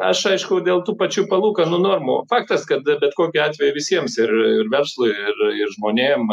aš aišku dėl tų pačių palūkanų normų faktas kad bet kokiu atveju visiems ir ir verslui ir ir žmonėm